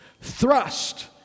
thrust